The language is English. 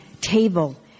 table